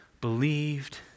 believed